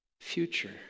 future